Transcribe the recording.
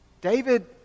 David